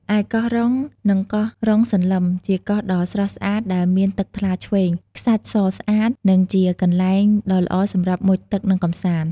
ឯកោះរុង និងកោះរុងសន្លឹម ជាកោះដ៏ស្រស់ស្អាតដែលមានទឹកថ្លាឆ្វេង ខ្សាច់សស្អាត និងជាកន្លែងដ៏ល្អសម្រាប់មុជទឹក និងកម្សាន្ត។